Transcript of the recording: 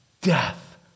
death